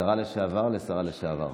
משרה לשעבר לשרה לשעבר.